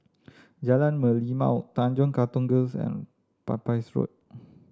Jalan Merlimau Tanjong Katong Girls' and Pepys Road